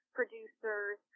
producers